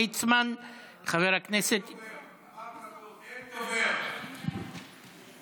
חבר הכנסת ליצמן, אין דובר, אין דובר.